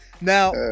Now